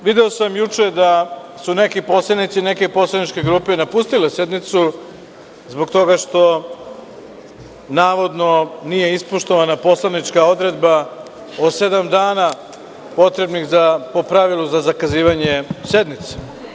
Prvo, video sam juče da su neki poslanici i neke poslaničke grupe napustile sednicu zbog toga što navodno nije ispoštovana poslovnička odredba o sedam dana potrebnih po pravilu za zakazivanje sednice.